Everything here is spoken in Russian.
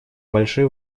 большой